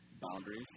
boundaries